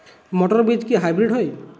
মটর বীজ কি হাইব্রিড হয়?